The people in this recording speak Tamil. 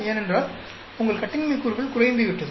ஏனென்றால் உங்கள் கட்டின்மை கூறுகள் குறைந்துவிட்டது